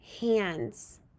hands